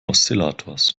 oszillators